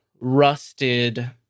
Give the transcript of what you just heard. rusted